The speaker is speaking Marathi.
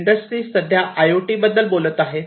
इंडस्ट्री सध्या आय ओ टी बद्दल बोलत आहे